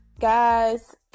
guys